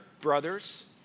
brothers